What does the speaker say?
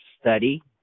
study